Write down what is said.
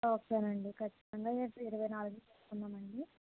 ఓకేనండి ఖచ్చితంగా రేపు ఇరవై నాలుగున పెట్టుకుందాం అండి